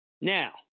Now